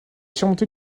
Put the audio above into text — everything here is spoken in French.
surmontée